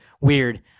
weird